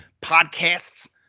podcasts